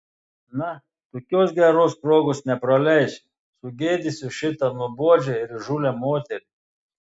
na tokios geros progos nepraleisiu sugėdysiu šitą nuobodžią ir įžūlią moterį